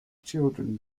children